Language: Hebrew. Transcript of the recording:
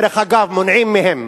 דרך אגב, מונעים מהם.